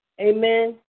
Amen